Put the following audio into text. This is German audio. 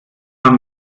kann